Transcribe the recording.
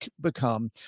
become